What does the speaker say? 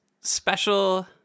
special